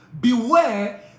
beware